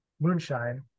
moonshine